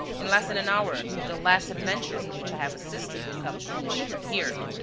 in less than an hour, the last adventures in which i have assisted will come to an issue here.